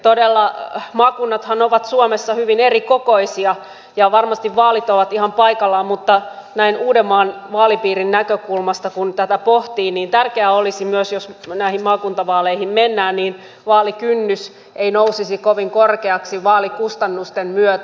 todella maakunnathan ovat suomessa hyvin erikokoisia ja varmasti vaalit ovat ihan paikallaan mutta kun näin uudenmaan vaalipiirin näkökulmasta tätä pohtii niin tärkeää olisi myös jos näihin maakuntavaaleihin mennään että vaalikynnys ei nousisi kovin korkeaksi vaalikustannusten myötä